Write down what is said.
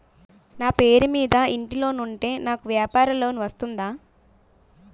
నా పేరు మీద ఇంటి లోన్ ఉంటే నాకు వ్యాపార లోన్ వస్తుందా?